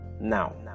now